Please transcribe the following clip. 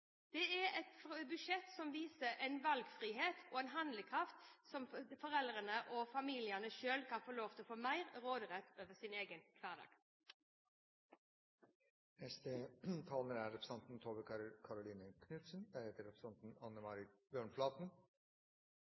budsjett er et budsjett for familien. Det er et budsjett som viser valgfrihet og en handlekraft for at foreldrene og familiene selv skal få mer råderett over sin egen hverdag.